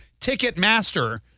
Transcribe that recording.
Ticketmaster